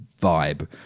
vibe